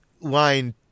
line